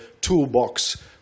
toolbox